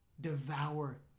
devour